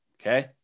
okay